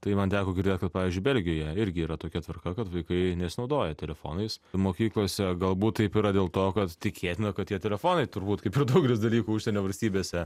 tai man teko girdėt kad pavyzdžiui belgijoje irgi yra tokia tvarka kad vaikai nesinaudoja telefonais mokyklose galbūt taip yra dėl to kad tikėtina kad tie telefonai turbūt kaip ir daugelis dalykų užsienio valstybėse